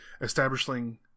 establishing